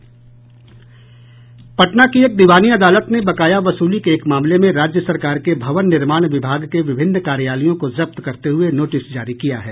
पटना की एक दीवानी अदालत ने बकाया वसूली के एक मामले में राज्य सरकार के भवन निर्माण विभाग के विभिन्न कार्यालयों को जब्त करते हुए नोटिस जारी किया है